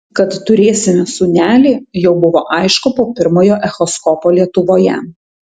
kad turėsime sūnelį jau buvo aišku po pirmojo echoskopo lietuvoje